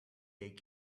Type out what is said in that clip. egg